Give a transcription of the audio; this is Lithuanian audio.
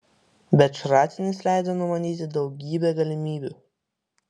bet šratinis leido numanyti daugybę galimybių